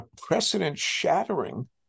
precedent-shattering